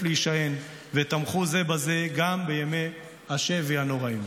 להישען ותמכו זה בזה גם בימי השבי הנוראיים.